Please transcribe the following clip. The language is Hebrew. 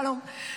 שלום,